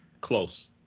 Close